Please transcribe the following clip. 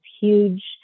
huge